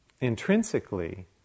intrinsically